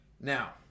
Now